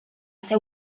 ser